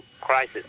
crisis